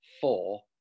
four